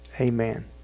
Amen